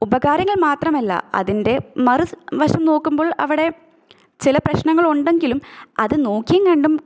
ഉപകാരങ്ങൾ മാത്രമല്ല അതിന്റെ മറുവശം നോക്കുമ്പോൾ അവിടെ ചില പ്രശ്നങ്ങൾ ഉണ്ടെങ്കിലും അത് നോക്കിയും കണ്ടും